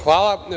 Hvala.